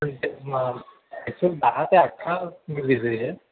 actual दहा ते अठरा मी बिझी आहे